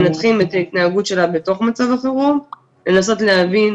מנתחים את ההתנהגות שלה בתוך מצבי חירום ולנסות להבין